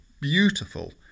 beautiful